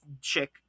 chick